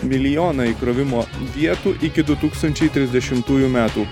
milijoną įkrovimo vietų iki du tūkstančiai trisdešimtųjų metų